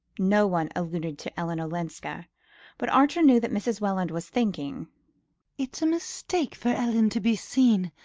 no one alluded to ellen olenska but archer knew that mrs. welland was thinking it's a mistake for ellen to be seen,